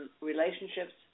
relationships